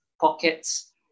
Pockets